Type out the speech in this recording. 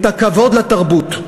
את הכבוד לתרבות,